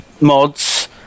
mods